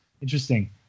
interesting